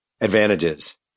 advantages